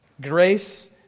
grace